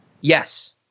yes